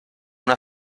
una